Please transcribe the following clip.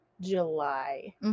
July